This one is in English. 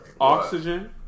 Oxygen